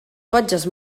fotges